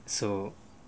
so